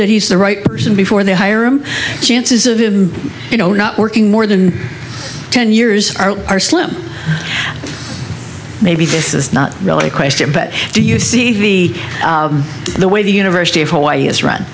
that he's the right person before they hire him chances of you know not working more than ten years are are slim maybe this is not really a question but do you see the way the university of hawaii is run